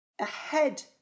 ahead